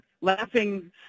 laughing